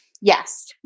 Yes